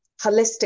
holistic